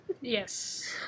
Yes